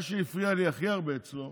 מה שהפריע לי הכי הרבה אצלו